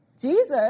Jesus